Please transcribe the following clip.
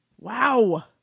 Wow